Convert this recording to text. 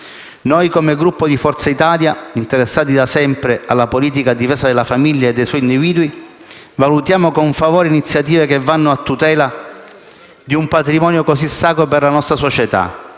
Noi come Gruppo di Forza Italia, interessati da sempre alla politica a difesa della famiglia e dei suoi individui, valutiamo con favore iniziative che vanno a tutela di un patrimonio così sacro per la nostra società.